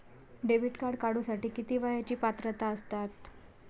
Debit card काढूसाठी किती वयाची पात्रता असतात?